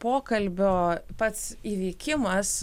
pokalbio pats įvykimas